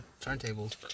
turntables